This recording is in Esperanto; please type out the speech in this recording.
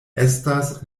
estas